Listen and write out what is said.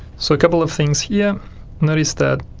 so a couple of things here notice that